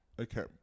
Okay